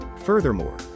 Furthermore